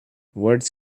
words